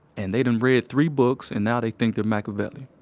and they done read three books, and now they think they're machiavelli.